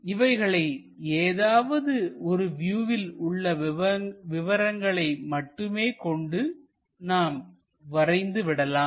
இவைகளை ஏதாவது ஒரு வியூவில் உள்ள விவரங்களை மட்டுமே கொண்டு நாம் வரைந்து விடலாம்